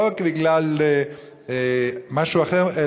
לא בגלל משהו אחר,